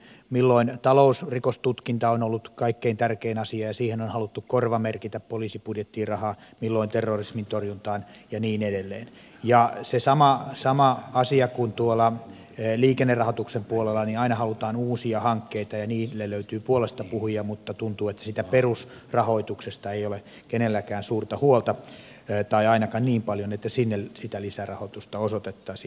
milloin talousrikostutkinta on ollut kaikkein tärkein asia ja siihen on haluttu korvamerkitä poliisin budjettiin rahaa milloin terrorismin torjunta ja niin edelleen ja se on sama asia kuin tuolla liikennerahoituksen puolella että aina halutaan uusia hankkeita ja niille löytyy puolestapuhujia mutta tuntuu että siitä perusrahoituksesta ei ole kenelläkään suurta huolta tai ainakaan niin paljon että sinne sitä lisärahoitusta osoitettaisiin